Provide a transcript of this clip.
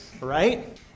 right